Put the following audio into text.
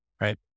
right